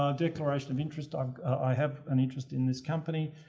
um declaration of interest, um i have an interest in this company,